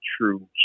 true